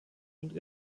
und